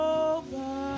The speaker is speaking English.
over